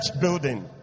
building